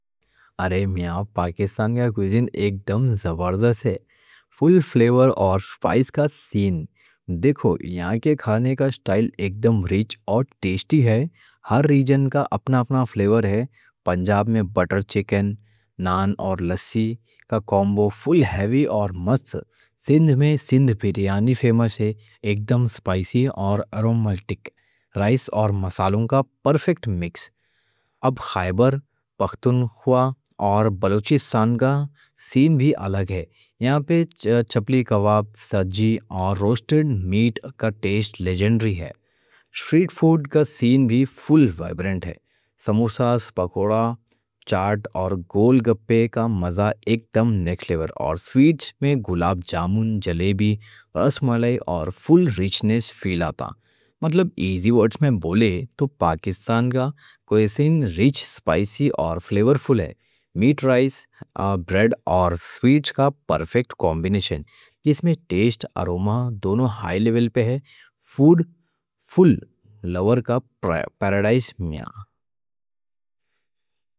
ارے میاں پاکستان کا کوزین ایک دم زبردست ہے۔ فل فلیور اور سپائس کا سین دیکھو یہاں کے کھانے کا اسٹائل ایک دم ریچ اور ٹیستی ہے۔ ہر ریجن کا اپنا اپنا فلیور ہے۔ پنجاب میں بٹر چکن، نان اور لسی کا کومبو فل ہیوی اور مست۔ سندھ میں سندھی بریانی فیمس ہے ایک دم اسپائسی اور ایرومیٹک رائس اور مسالوں کا پرفیکٹ مکس۔ اب خیبر پختونخوا اور بلوچستان کا سین بھی الگ ہے۔ یہاں پہ چپلی کباب سجی اور روسٹڈ میٹ کا ٹیسٹ لیجنڈری ہے۔ اسٹریٹ فوڈ کا سین بھی فل وائبرنٹ ہے سموسے پکوڑا چاٹ اور گول گپے کا مزہ ایک دم نیکلیور۔ اور سویٹس میں گلاب جامن جلیبی رس ملائی اور فل ریچنس فیل آتا۔ مطلب ایزی ورڈز میں بولے تو پاکستان کا کوزین ریچ اسپائسی اور فلیور فل ہے۔ میٹ رائس بریڈ اور سویٹس کا پرفیکٹ کامبینیشن۔ اس میں ٹیسٹ اور اَروما دونوں ہائی لیول پہ ہے۔ فوڈ فل لوور کا پیراڈائز میاں۔